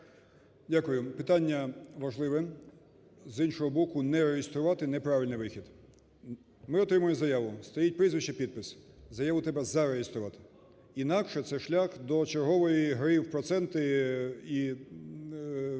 Дякую. Питання важливе. З іншого боку, не реєструвати – неправильний вихід. Ми отримуємо заяву. Стоїть прізвище, підпис. Заяву треба зареєструвати, інакше це шлях до чергової гри в проценти і